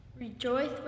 rejoice